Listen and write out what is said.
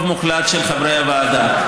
מוחלט של חברי הוועדה.